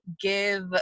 give